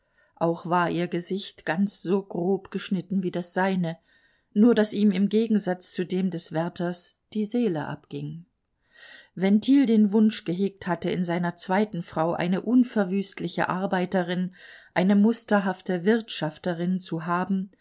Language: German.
auch war ihr gesicht ganz so grob geschnitten wie das seine nur daß ihm im gegensatz zu dem des wärters die seele abging wenn thiel den wunsch gehegt hatte in seiner zweiten frau eine unverwüstliche arbeiterin eine musterhafte wirtschafterin zu haben